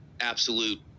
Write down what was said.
absolute